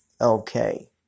Okay